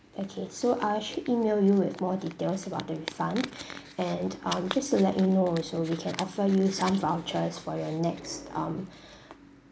okay so I'll actually email you with more details about the refund and um just to let you know also we can offer you some vouchers for your next um